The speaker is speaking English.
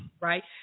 right